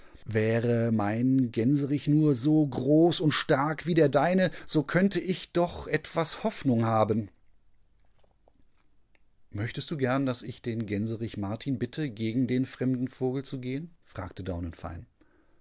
wäre mein gänserich nur so groß und stark wie der deine so könnte ich doch etwas hoffnung haben möchtest du gern daß ich den gänserich martinbitte gegendenfremdenvogelzugehen fragtedaunenfein ja